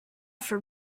for